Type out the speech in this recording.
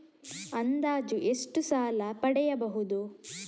ಅಂದಾಜು ಎಷ್ಟು ಸಾಲ ಪಡೆಯಬಹುದು?